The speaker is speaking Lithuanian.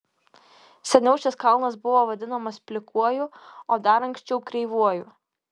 seniau šis kalnas buvo vadinamas plikuoju o dar anksčiau kreivuoju